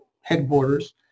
headquarters